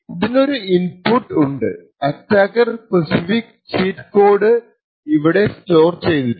ഇതിനൊരു ഇൻപുട്ട് ഉണ്ട് attacker specific cheat code ഇവിടെ സ്റ്റോർ ചെയ്തിട്ടുണ്ട്